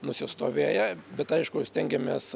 nusistovėję bet aišku stengiamės